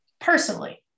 personally